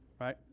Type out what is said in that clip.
right